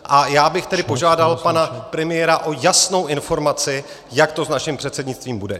A já bych tedy požádal pana premiéra o jasnou informaci, jak to s naším předsednictvím bude.